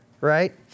right